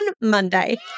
Monday